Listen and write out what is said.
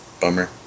Bummer